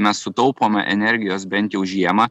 mes sutaupome energijos bent jau žiemą